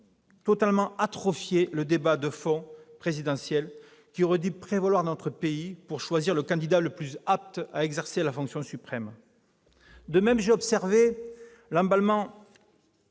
finalement, atrophié le débat de fond qui aurait dû prévaloir dans notre pays, pour choisir le candidat le plus apte à exercer la fonction suprême. De même, j'ai observé l'emballement